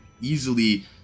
easily